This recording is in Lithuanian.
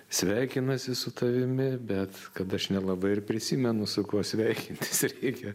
sveikinasi su tavimi bet kad aš nelabai ir prisimenu su kuo sveikintis reikia